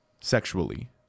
sexually